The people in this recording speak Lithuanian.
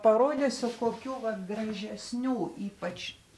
parodysiu kokių vat gražesnių ypač